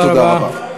תודה רבה.